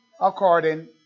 according